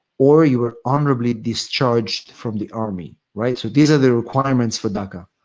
or you were honorably discharged from the army. right? so, these are the requirements for daca.